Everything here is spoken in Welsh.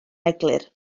eglur